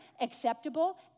acceptable